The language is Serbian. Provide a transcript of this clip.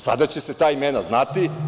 Sada će se ta imena znati.